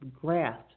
grasp